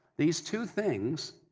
these two things,